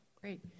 Great